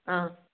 ꯑꯪ